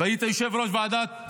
והיית גם יושב-ראש ועדת